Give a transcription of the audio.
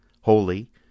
holy